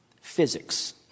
physics